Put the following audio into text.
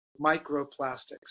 microplastics